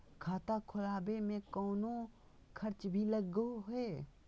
खाता खोलावे में कौनो खर्चा भी लगो है?